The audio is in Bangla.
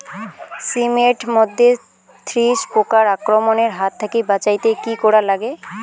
শিম এট মধ্যে থ্রিপ্স পোকার আক্রমণের হাত থাকি বাঁচাইতে কি করা লাগে?